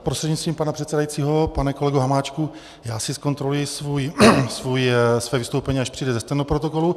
Prostřednictvím pana předsedajícího pane kolego Hamáčku, já si zkontroluji své vystoupení, až přijde ze stenoprotokolu.